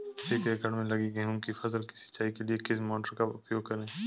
एक एकड़ में लगी गेहूँ की फसल की सिंचाई के लिए किस मोटर का उपयोग करें?